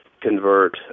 convert